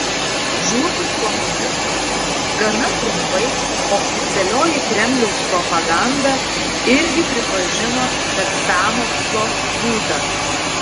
žlugus komunizmui gana trumpai oficialioji kremliaus propaganda irgi pripažino kad sąmokslo būta